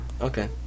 Okay